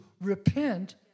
repent